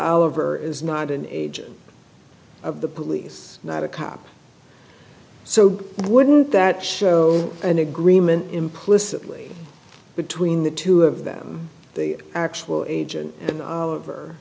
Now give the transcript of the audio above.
over is not an agent of the police not a cop so wouldn't that show an agreement implicitly between the two of them the actual agent and oliver